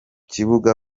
kibuga